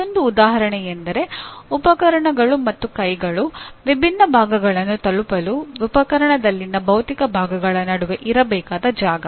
ಮತ್ತೊಂದು ಉದಾಹರಣೆಯೆಂದರೆ ಉಪಕರಣಗಳು ಮತ್ತು ಕೈಗಳು ವಿಭಿನ್ನ ಭಾಗಗಳನ್ನು ತಲುಪಲು ಉಪಕರಣದಲ್ಲಿನ ಭೌತಿಕ ಭಾಗಗಳ ನಡುವೆ ಇರಬೇಕಾದ ಜಾಗ